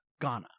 Ghana